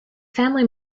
family